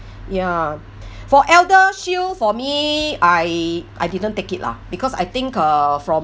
ya for eldershield for me I I didn't take it lah because I think uh from